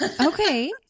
Okay